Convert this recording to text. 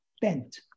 bent